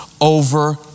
over